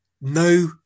no